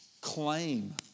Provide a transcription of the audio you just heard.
claim